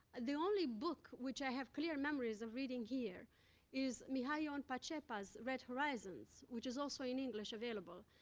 the only book which i have clear memories of reading here is mihai ion but pacepa's red horizons, which is also in english available.